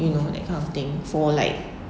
you know that kind of thing for like